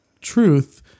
truth